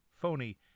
phony